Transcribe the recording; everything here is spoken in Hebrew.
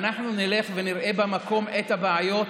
אנחנו נלך ונראה במקום את הבעיות,